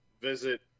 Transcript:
visit